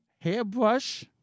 Hairbrush